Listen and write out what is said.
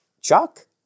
Chuck